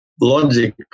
Logic